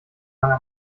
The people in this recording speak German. lange